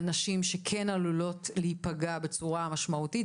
נשים שכן עלולות להיפגע בצורה משמעותית,